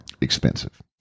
Expensive